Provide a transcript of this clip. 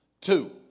Two